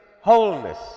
wholeness